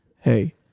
Hey